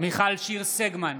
מיכל שיר סגמן,